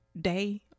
day